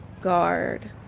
guard